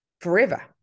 forever